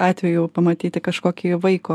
atvejų pamatyti kažkokį vaiko